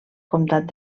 comtat